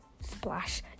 splash